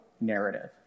narrative